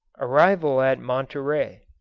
arrival at monterey